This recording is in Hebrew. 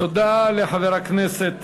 תודה לחבר הכנסת